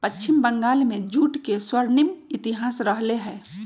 पश्चिम बंगाल में जूट के स्वर्णिम इतिहास रहले है